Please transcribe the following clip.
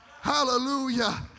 Hallelujah